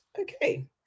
Okay